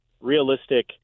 realistic